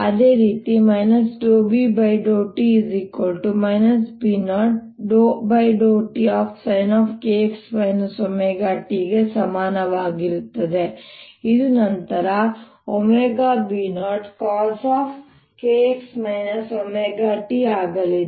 ಅದೇ ರೀತಿ ∂B∂t B0∂tsinkx ωt ಗೆ ಸಮಾನವಾಗಿರುತ್ತದೆ ಮತ್ತು ಇದು ನಂತರ ωB0coskx ωt ಆಗಲಿದೆ